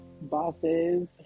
bosses